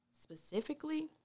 specifically